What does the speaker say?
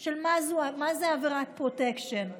ברורה של מה זה עבירת פרוטקשן,